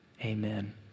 amen